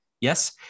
Yes